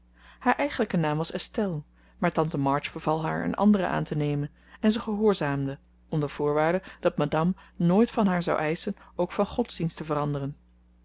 haar eigenlijke naam was estelle maar tante march beval haar een anderen aan te nemen en ze gehoorzaamde onder voorwaarde dat madame nooit van haar zou eischen ook van godsdienst te veranderen